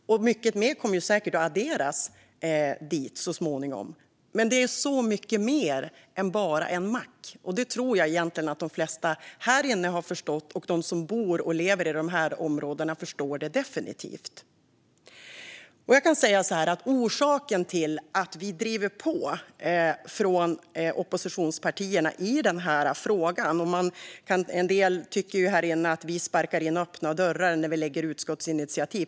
Mycket mer kommer säkert att adderas dit så småningom. Det är så mycket mer än bara en mack. Detta tror jag egentligen att de flesta här inne har förstått, och de som bor och lever i de här områdena förstår det definitivt. Det finns ett skäl till att vi driver på från oppositionspartierna i den här frågan. En del här inne tycker att vi sparkar in öppna dörrar när vi lägger fram utskottsinitiativ.